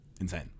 insane